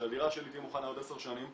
שהדירה שלי תהיה מוכנה בעוד עשר שנים,